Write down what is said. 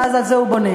ואז על זה הוא בונה.